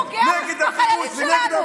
הוא פוגע בחיילים שלנו.